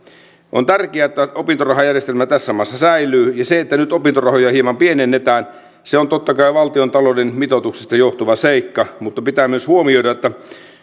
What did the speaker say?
on tärkeää että opintorahajärjestelmä tässä maassa säilyy ja se että nyt opintorahoja hieman pienennetään se on totta kai valtiontalouden mitoituksesta johtuva seikka mutta pitää myös huomioida että